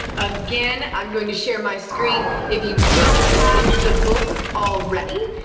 again, i'm going to share my screen, if you don't have the book already,